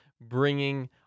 bringing